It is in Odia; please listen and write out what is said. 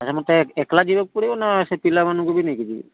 ଆଜ୍ଞା ମତେ ଏକେଲା ଯିବାକୁ ପଡ଼ିବ ନା ସେ ପିଲା ମାନଙ୍କୁ ନେଇକି ଯିବି